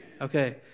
Okay